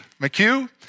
McHugh